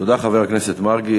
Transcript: תודה, חבר הכנסת מרגי.